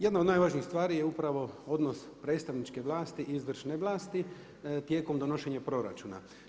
Jedna od najvažnijih stvari je upravo odnos predstavničke vlasti i izvršne vlasti tijekom donošenja proračuna.